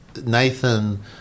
Nathan